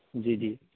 जी जी